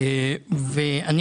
דיון שיזם חבר הכנסת אוסאמה סעדי.